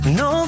no